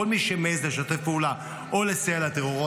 כל מי שמעז לשתף פעולה או לסייע לטרור,